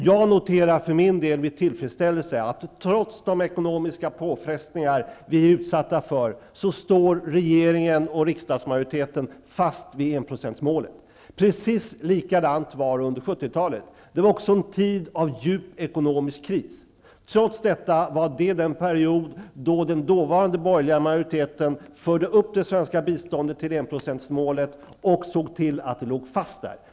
Jag noterar för min del med tillfredsställelse att regeringen och riksdagsmajoriteten, trots de ekonomiska påfrestningar vi är utsatta för, står fast vid enprocentsmålet. Precis likadant var det under 70-talet. Det var också en tid av djup ekonomisk kris. Trots detta förde den dåvarande borgerliga majoriteten upp det svenska biståndet till enprocentsmålet och såg till att det låg fast där.